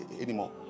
anymore